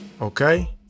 Okay